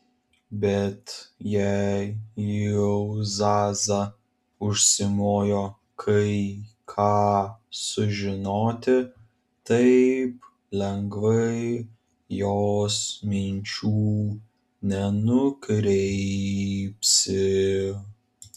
bet jei jau zaza užsimojo kai ką sužinoti taip lengvai jos minčių nenukreipsi